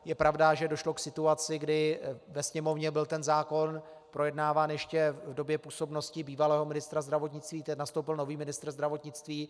Je pravda, že došlo k situaci, kdy ve Sněmovně byl ten zákon projednáván ještě v době působnosti bývalého ministra zdravotnictví, teď nastoupil nový ministr zdravotnictví.